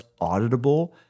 auditable